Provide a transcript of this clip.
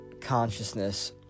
consciousness